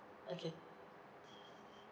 okay